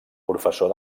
professor